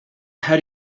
how